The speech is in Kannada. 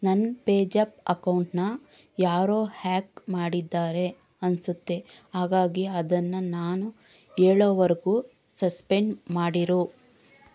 ನನ್ನ ಪೇ ಜಪ್ ಅಕೌಂಟ್ನ ಯಾರೋ ಹ್ಯಾಕ್ ಮಾಡಿದ್ದಾರೆ ಅನ್ನಿಸುತ್ತೆ ಹಾಗಾಗಿ ಅದನ್ನು ನಾನು ಹೇಳೋವರೆಗೂ ಸಸ್ಪೆಂಡ್ ಮಾಡಿದ್ರು